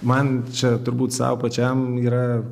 man čia turbūt sau pačiam yra